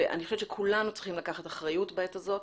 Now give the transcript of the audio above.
אני חושבת שכולנו צריכים לקחת אחריות בעת הזאת